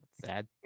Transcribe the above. Sad